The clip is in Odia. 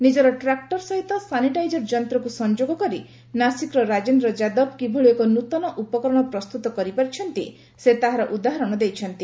ନିଜର ଟ୍ରାକ୍ଟର ସହିତ ସାନିଟାଇଜର ଯନ୍ତକୁ ସଂଯୋଗ କରି ନାସିକ୍ର ରାଜେନ୍ଦ୍ର ଯାଦବ କିଭଳି ଏକ ନ୍ତନ ଉପକରଣ ପ୍ରସ୍ତୁତ କରିପାରିଛନ୍ତି ସେ ତାହାର ଉଦାହରଣ ଦେଇଛନ୍ତି